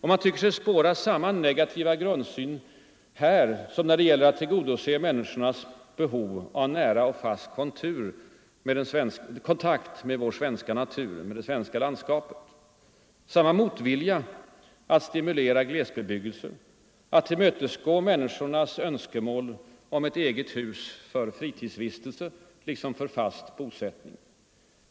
Man tycker sig spåra samma negativa grundsyn här som när det gäller att tillgodose människornas behov av nära och fast kontakt med vår svenska natur, med det svenska landskapet - samma motvilja att stimulera glesbebyggelse och att tillmötesgå människornas önskemål om ett eget hus för fritidsvistelse liksom för fast bosättning.